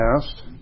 past